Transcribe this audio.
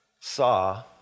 saw